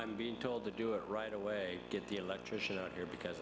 i'm being told to do it right away get the electrician out here because